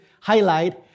highlight